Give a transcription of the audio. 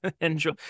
enjoy